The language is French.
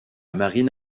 marine